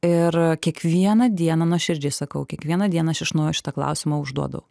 ir kiekvieną dieną nuoširdžiai sakau kiekvieną dieną aš iš naujo šitą klausimą užduodu